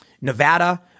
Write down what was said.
Nevada